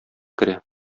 керә